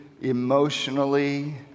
emotionally